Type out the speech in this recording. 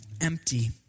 empty